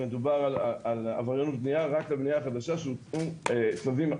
מדובר על עבריינות בנייה רק על בנייה חדשה שהוצאו עליהם צווים.